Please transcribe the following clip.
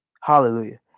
Hallelujah